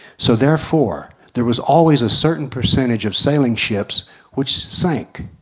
so therefore, there was always a certain percentage of sailing ships which sank.